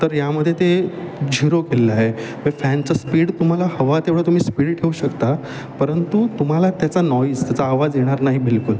तर तर यामध्ये ते झिरो केल्लं आहे फॅनचं स्पीड तुम्हाला हवा तेवढं तुम्ही स्पीड ठेऊ शकता परंतु तुम्हाला त्याचा नॉईज त्याचा आवाज येणार नाही बिलकुल